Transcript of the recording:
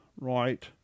right